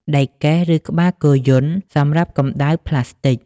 ដែកកេះ ឬក្បាលគោយន្ត សម្រាប់កំដៅផ្លាស្ទិក។